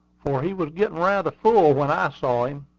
for he was getting rather full when i saw him.